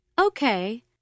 Okay